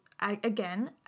again